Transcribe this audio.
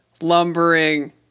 lumbering